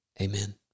Amen